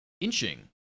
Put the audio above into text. inching